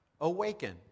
awaken